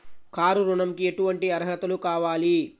Car ఋణంకి ఎటువంటి అర్హతలు కావాలి?